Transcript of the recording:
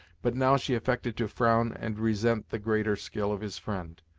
but now she affected to frown and resent the greater skill of his friend.